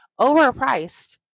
overpriced